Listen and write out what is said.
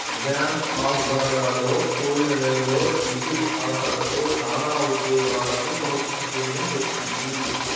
bank of బరోడలో పొయిన నెలలో డిగ్రీ అర్హతతో చానా ఉద్యోగాలకు నోటిఫికేషన్ వచ్చింది